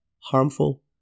harmful